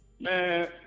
Man